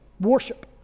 worship